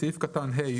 בסעיף קטן (ה),